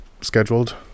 scheduled